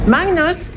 Magnus